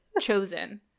chosen